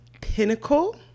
Pinnacle